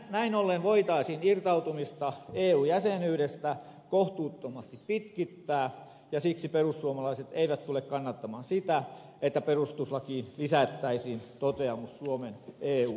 näin ollen voitaisiin irtautumista eu jäsenyydestä kohtuuttomasti pitkittää ja siksi perussuomalaiset eivät tule kannattamaan sitä että perustuslakiin lisättäisiin toteamus suomen eu jäsenyydestä